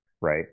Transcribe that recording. right